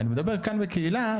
אני מדבר כאן בקהילה,